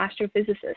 astrophysicist